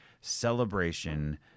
celebration